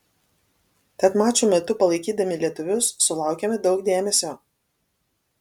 tad mačų metu palaikydami lietuvius sulaukėme daug dėmesio